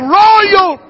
royal